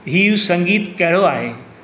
हीउ संगीतु कहिड़ो आहे